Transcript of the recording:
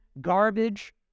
garbage